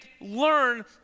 learn